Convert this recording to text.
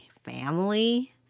family